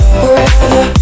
forever